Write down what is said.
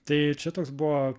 tai čia toks buvo